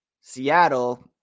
Seattle